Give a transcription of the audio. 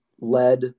led